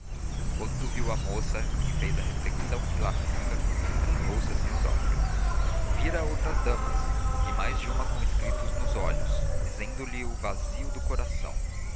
quando viu a moça e fez a reflexão que lá fica estranhou se a si próprio vira outras damas e mais de uma com escritos nos olhos dizendo-lhe o vazio do coração